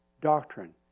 doctrine